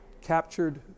captured